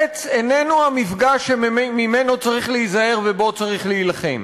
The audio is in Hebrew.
עץ איננו המפגע שממנו צריך להיזהר ובו צריך להילחם.